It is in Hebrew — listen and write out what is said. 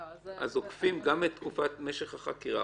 אז עוקפים גם את תקופת משך החקירה,